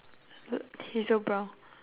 looked hazel brown